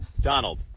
Donald